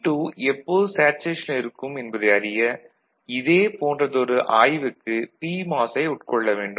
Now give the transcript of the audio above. T2 எப்போது சேச்சுரேஷனில் இருக்கும் என்பதை அறிய இதே போன்றதொரு ஆய்வுக்கு பிமாஸ் ஐ உட்கொள்ள வேண்டும்